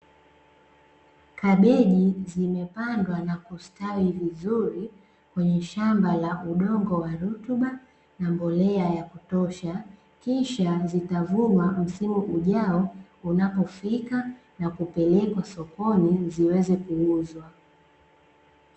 Kabeji zimepandwa na kustawi vizuri, kwenye shamba la udongo wa rutuba, na mbolea ya kutosha kisha zitavunwa msimu ujao, unapofika na kupelekwa sokoni ziweze kuuzwa.